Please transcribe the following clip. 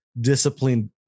disciplined